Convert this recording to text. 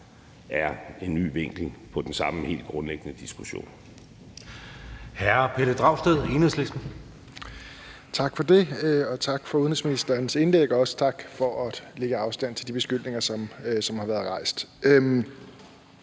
er en ny vinkel på den samme helt grundlæggende diskussion.